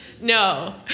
no